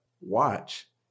watch